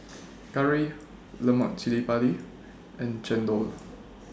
Curry Lemak Cili Padi and Chendol